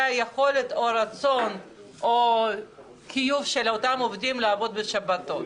והיכולת או הרצון או החיוב של אותם עובדים לעבוד בשבתות.